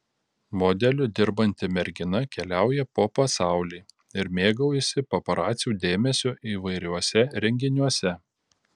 modeliu dirbanti mergina keliauja po pasaulį ir mėgaujasi paparacių dėmesiu įvairiuose renginiuose